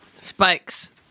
Spikes